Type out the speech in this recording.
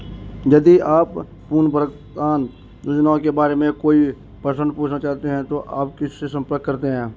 यदि आप पुनर्भुगतान योजनाओं के बारे में कोई प्रश्न पूछना चाहते हैं तो आप किससे संपर्क करते हैं?